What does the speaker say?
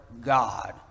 God